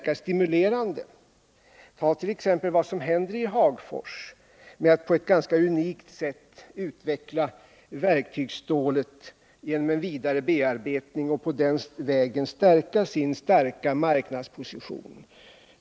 Ta t.ex. — för att ta ett enda exempel — vad som händer i Hagfors, där man på ett unikt sätt utvecklat verktygsstålet genom vidare bearbetning och på den vägen stärker sin redan starka marknadsposition!